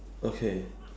okay